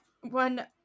one